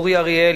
אורי אריאל,